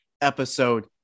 episode